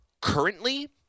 currently